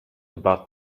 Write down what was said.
about